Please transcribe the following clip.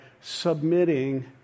submitting